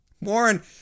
Warren